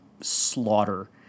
slaughter